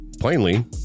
plainly